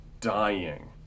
dying